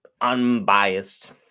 Unbiased